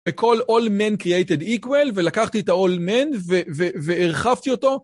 I call all men created equal, ולקחתי את ה-all men והרחבתי אותו.